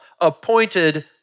appointed